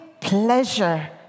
pleasure